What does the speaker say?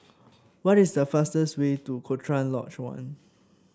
what is the fastest way to Cochrane Lodge One